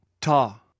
Ta